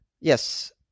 Yes